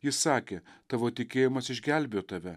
jis sakė tavo tikėjimas išgelbėjo tave